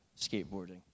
skateboarding